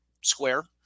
square